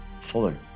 fuller